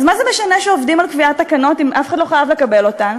אז מה זה משנה שעובדים על קביעת תקנות אם אף אחד לא חייב לקבל אותן?